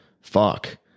fuck